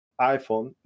iPhone